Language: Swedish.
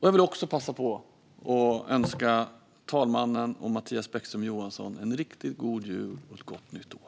Jag vill också passa på att önska fru talmannen och Mattias Bäckström Johansson en riktigt god jul och ett gott nytt år.